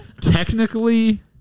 Technically